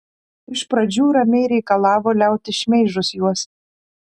iš pradžių ramiai reikalavo liautis šmeižus juos